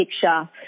picture